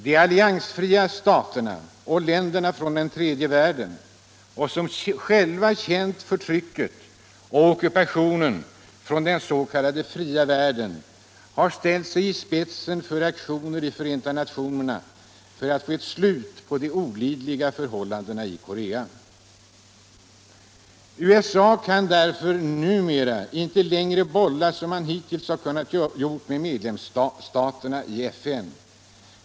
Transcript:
De alliansfria staterna och länderna från den tredje världen, som själva känt förtrycket och ockupationen från den s.k. fria världen, har ställt sig i spetsen för aktioner i Förenta nationerna för att få ett slut på de olidliga förhållandena i Korea. USA kan därför nu inte längre bolla som man hittills har kunnat göra med medlemsstaterna i FN.